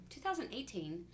2018